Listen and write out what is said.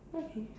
okay